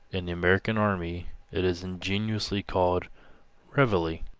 in the american army it is ingeniously called rev-e-lee,